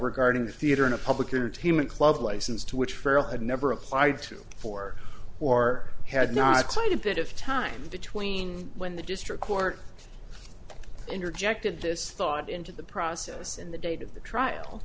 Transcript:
regarding the theater in a public entertainment club licensed to which ferrell had never applied to for or had not quite a bit of time between when the district court interjected this thought into the process and the date of the trial